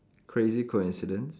crazy coincidence